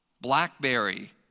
Blackberry